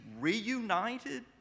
reunited